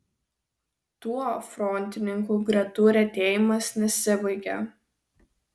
tuo frontininkų gretų retėjimas nesibaigia